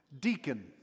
Deacon